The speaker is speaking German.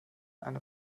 eine